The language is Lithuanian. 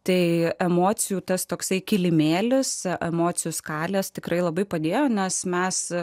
tai emocijų tas toksai kilimėliuose emocijų skalės tikrai labai padėjo nes mes